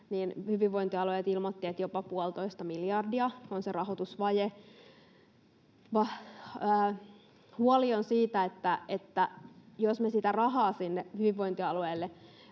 ja hyvinvointialueet ilmoittivat, että jopa puolitoista miljardia on se rahoitusvaje. Huoli on siitä, että jos me sitä rahaa sinne hyvinvointialueille